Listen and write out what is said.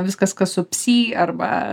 viskas kas su psi arba